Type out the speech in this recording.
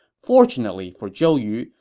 fortunately for zhou yu,